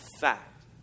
fact